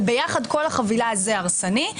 וביחד כל החבילה זה הרסני.